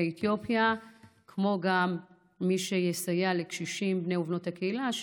כמו גם את מי שיסייע לקשישים בני ובנות הקהילה,